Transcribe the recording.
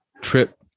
trip